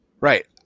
Right